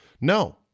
no